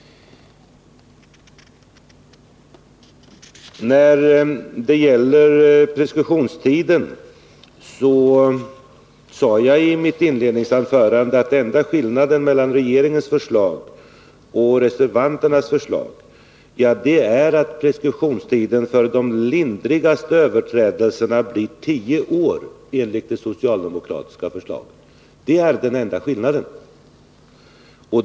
När det gäller preskriptionstiden sade jag i mitt inledningsanförande att enda skillnaden mellan regeringens förslag och reservanternas förslag är att preskriptionstiden enligt socialdemokraternas förslag blir tio år för de lindrigaste överträdelserna.